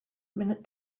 minute